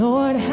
Lord